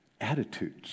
attitudes